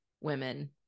women